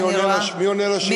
מי עונה להצעה לסדר?